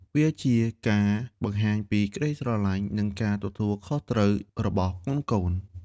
វាជាការបង្ហាញពីសេចក្តីស្រឡាញ់ និងការទទួលខុសត្រូវរបស់កូនៗ។